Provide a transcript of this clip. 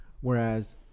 Whereas